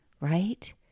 right